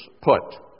put